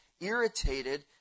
irritated